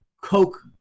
coke